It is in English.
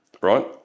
right